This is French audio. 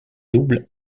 double